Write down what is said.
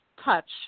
touch